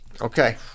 Okay